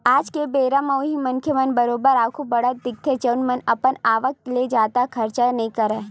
आज के बेरा म उही मनखे मन ह बरोबर आघु बड़हत दिखथे जउन मन ह अपन आवक ले जादा खरचा नइ करय